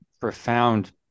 profound